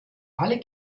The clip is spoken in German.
alle